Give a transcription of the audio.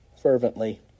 fervently